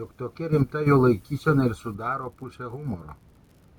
jog tokia rimta jo laikysena ir sudaro pusę humoro